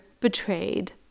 betrayed